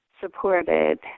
supported